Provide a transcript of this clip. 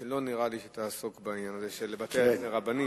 שלא נראה לי שתעסוק בעניין הזה של בתי-הדין הרבניים.